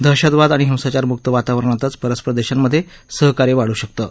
दहशतवाद आणि हिंसाचारमुक्त वातावरणातच परस्पर देशांमधे सहकार्य वाढू शकतं